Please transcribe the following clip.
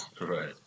Right